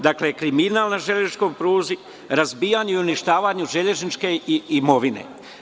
Dakle, kriminal na železničkoj pruzi, razbijanje i uništavanje železničke imovine.